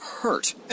hurt